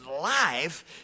life